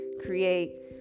create